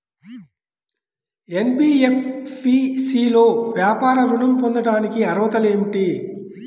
NBFC లో వ్యాపార ఋణం పొందటానికి అర్హతలు ఏమిటీ?